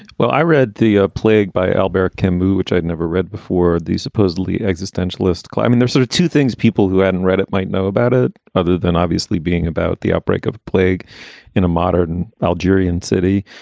well, i read the ah plague by alberich kamu, which i'd i'd never read before. the supposedly existentialist climbin there sort of two things people who hadn't read it might know about it other than obviously being about the outbreak of plague in a modern algerian city.